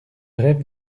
rêve